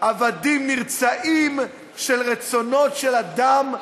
עבדים נרצעים של רצונות של אדם,